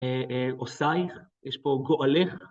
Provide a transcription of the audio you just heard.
עושיך, יש פה גואלך.